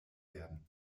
werden